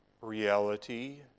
reality